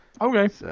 Okay